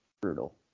brutal